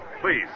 Please